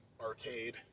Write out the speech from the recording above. arcade